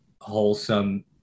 wholesome